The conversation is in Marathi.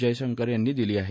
जयशंकर यांनी दिली आहे